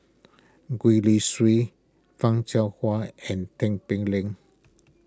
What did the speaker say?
Gwee Li Sui Fan Shao Hua and Tin Pei Ling